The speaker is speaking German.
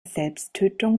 selbsttötung